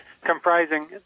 comprising